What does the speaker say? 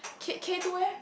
K K-two eh